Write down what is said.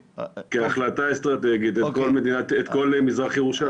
כהחלטה אסטרטגית אנחנו מסדירים את כל מזרח ירושלים.